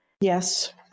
Yes